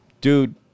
dude